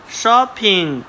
shopping